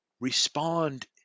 respond